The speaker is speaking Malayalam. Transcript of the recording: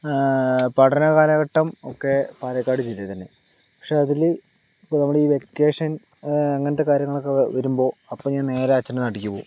പഠന കാലഘട്ടം ഒക്കെ പാലക്കാട് ജില്ലയിൽ തന്നെ പക്ഷെ അതില് ഇപ്പൊൾ നമ്മള് ഈ വെക്കേഷൻ അങ്ങനത്തെ കാര്യങ്ങളൊക്കെ വരുമ്പോൾ അപ്പൊൾ ഞാൻ നേരെ അച്ഛൻ്റെ നാട്ടിക്ക് പോകും